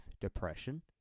depression